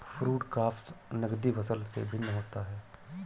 food crops नगदी फसल से भिन्न होता है